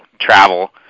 travel